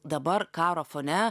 dabar karo fone